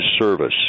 service